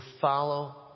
follow